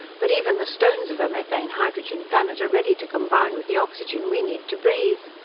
but even the stones of a methane-hydrogen planet are ready to combine with the oxygen we need to breathe!